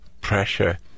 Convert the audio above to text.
pressure